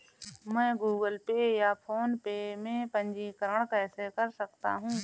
मैं Google Pay या PhonePe में पंजीकरण कैसे कर सकता हूँ?